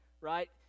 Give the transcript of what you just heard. right